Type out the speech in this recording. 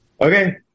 Okay